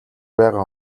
байгаа